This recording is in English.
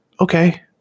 okay